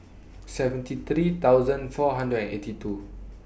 seventy three thousand four hundred and eighty two